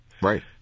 Right